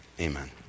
amen